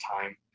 time